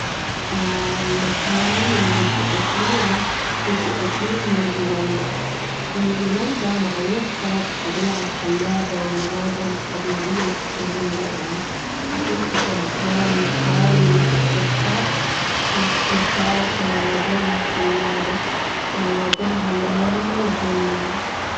المكان اللي ودي أزوره، ودي أزور نيوزيلاندا، نيوزيلاندا معروفة بالطبيعة الخلابة والمناظر الطبيعية الجميلة يعني، أحسها مكان مثالي للأسترخاء، والاستمتاع بمناظرها الخلابة ومناظرها المرة جميلة.